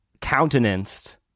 countenanced